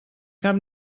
cap